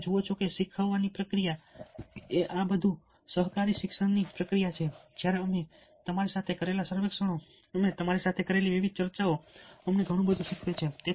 તમે જુઓ છો કે શીખવાની પ્રક્રિયા એ આ બધું સહકારી શિક્ષણની પ્રક્રિયા છે જ્યારે અમે તમારી સાથે કરેલા સર્વેક્ષણો અમે તમારી સાથે કરેલી વિવિધ ચર્ચાઓ અમને ઘણું બધું શીખવે છે